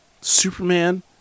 Superman